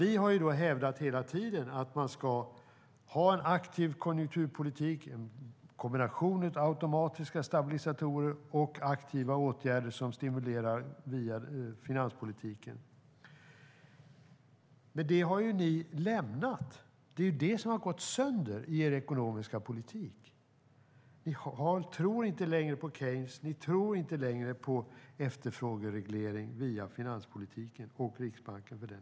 Vi har hävdat hela tiden att man ska ha en aktiv konjunkturpolitik, en kombination av automatiska stabilisatorer och aktiva åtgärder som stimulerar via finanspolitiken. Det har ni lämnat. Det är det som har gått sönder i er ekonomiska politik. Ni tror inte längre på Keynes. Ni tror inte längre på efterfrågereglering via finanspolitiken och Riksbanken.